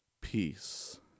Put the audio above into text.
peace